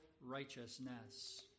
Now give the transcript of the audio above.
righteousness